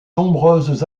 nombreuses